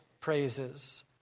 praises